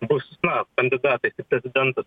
bus na kandidatais į prezidentus